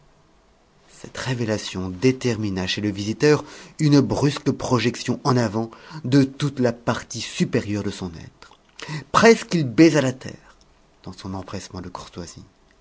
cette révélation détermina chez le visiteur une brusque projection en avant de toute la partie supérieure de son être presque il baisa la terre dans son empressement de courtoisie